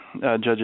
Judges